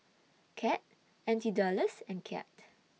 Cad N T Dollars and Kyat